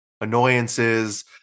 annoyances